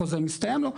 החוזה מסתיים לו,